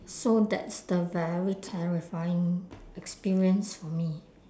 so that's the very terrifying experience for me